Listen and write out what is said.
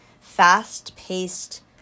fast-paced